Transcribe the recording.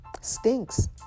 stinks